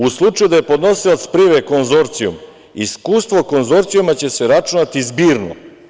U slučaju da je podnosilac prijave konzorcijum, iskustvo konzorcijuma će se računati zbirno.